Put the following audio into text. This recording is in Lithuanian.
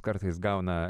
kartais gauna